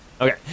Okay